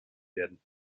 werden